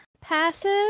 passive